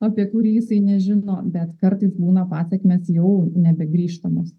apie kurį jisai nežino bet kartais būna pasekmės jau nebegrįžtamos